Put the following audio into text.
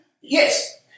Yes